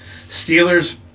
Steelers